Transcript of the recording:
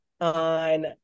on